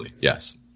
yes